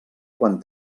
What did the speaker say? quan